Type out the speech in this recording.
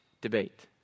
debate